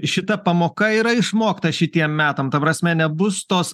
šita pamoka yra išmokta šitiem metam ta prasme nebus tos